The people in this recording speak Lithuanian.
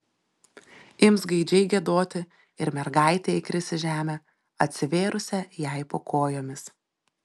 ims gaidžiai giedoti ir mergaitė įkris į žemę atsivėrusią jai po kojomis